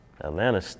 Atlanta